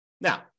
Now